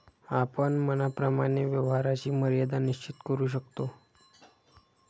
आपण मनाप्रमाणे व्यवहाराची मर्यादा निश्चित करू शकतो